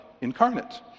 incarnate